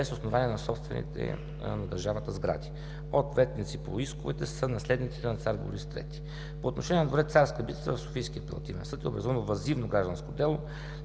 основание на собствените на държавата сгради. Ответници по исковете са наследниците на цар Борис III. По отношение на дворец „Царска Бистрица“ в Софийския апелативен съд е образувано въззивно гражданско дело